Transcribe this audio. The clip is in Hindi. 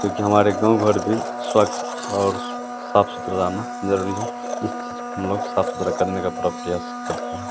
क्योंकि हमारे गाँव भर भी स्वच्छ और साफ सुथरा रहना ज़रूरी है इस चीज़ हम लोग साफ सुथरा करने का पूरा प्रयास करते हैं